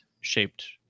shaped